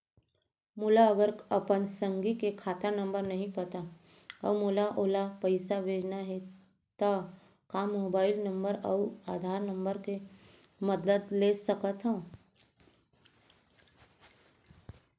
मोला अगर अपन संगी के खाता नंबर नहीं पता अऊ मोला ओला पइसा भेजना हे ता का मोबाईल नंबर अऊ आधार नंबर के मदद ले सकथव?